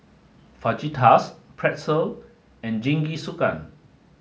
Fajitas Pretzel and Jingisukan